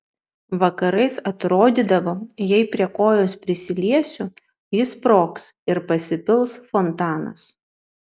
vakarais atrodydavo jei prie kojos prisiliesiu ji sprogs ir pasipils fontanas